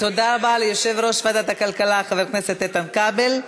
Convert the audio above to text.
תודה רבה ליושב-ראש ועדת הכלכלה חבר הכנסת איתן כבל.